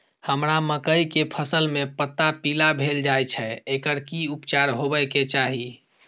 हमरा मकई के फसल में पता पीला भेल जाय छै एकर की उपचार होबय के चाही?